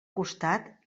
costat